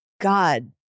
God